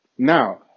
Now